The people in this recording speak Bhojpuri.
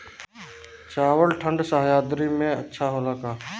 चावल ठंढ सह्याद्री में अच्छा होला का?